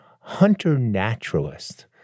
hunter-naturalist